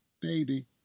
Baby